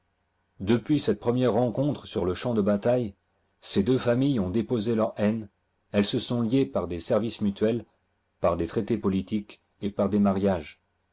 depuis cette première rencontre sur le champ de bataille ces deux familles ont déposé leur haine elles se sont liées par des services mutuels par des traités politiques et par des mariages